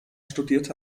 studierte